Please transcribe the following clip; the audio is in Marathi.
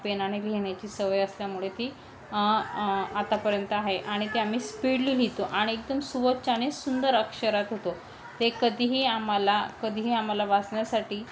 पेनाने लिहिण्याची सवय असल्यामुळे ती आतापर्यंत आहे आणि ते आम्ही स्पीडली लिहितो आणि एकदम स्वच्छ आणि सुंदर अक्षरात होतो ते कधीही आम्हाला कधीही आम्हाला वाचण्यासाठी